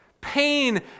pain